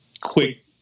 quick